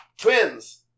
Twins